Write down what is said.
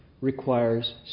requires